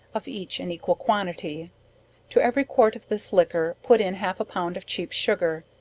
of each an equal quantity to every quart of this liquor, put in half a pound of cheap sugar,